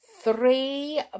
Three